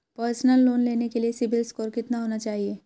Personal loan लेने के लिए सिबिल स्कोर कितना होना चाहिए?